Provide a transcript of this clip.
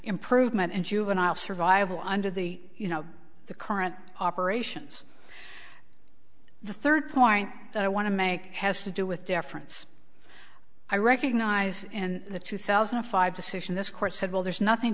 improvement in juvenile survival under the you know the current operations the third point i want to make has to do with deference i recognize in the two thousand and five decision this court said well there's nothing